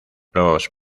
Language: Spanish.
los